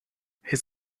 his